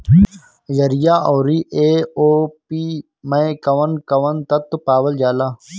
Urea औरी AOP मै कौवन कौवन तत्व पावल जाला?